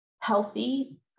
healthy